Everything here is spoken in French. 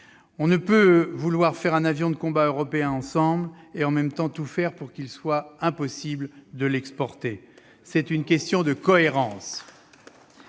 On ne peut vouloir construire un avion de combat européen ensemble et tout faire pour qu'il soit impossible de l'exporter. C'est une question de cohérence